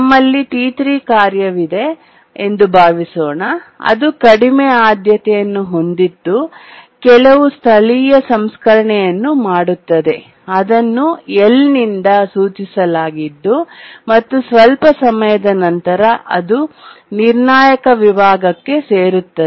ನಮ್ಮಲ್ಲಿ T3 ಕಾರ್ಯವಿದೆ ಎಂದು ಭಾವಿಸೋಣ ಅದು ಕಡಿಮೆ ಆದ್ಯತೆ ಯನ್ನು ಹೊಂದಿದ್ದು ಕೆಲವು ಸ್ಥಳೀಯ ಸಂಸ್ಕರಣೆಯನ್ನು ಮಾಡುತ್ತದೆ ಅದನ್ನು 'L' ನಿಂದ ಸೂಚಿಸಲಾಗಿದ್ದು ಮತ್ತೆ ಸ್ವಲ್ಪ ಸಮಯದ ನಂತರ ಅದು ನಿರ್ಣಾಯಕ ವಿಭಾಗಕ್ಕೆ ಸೇರುತ್ತದೆ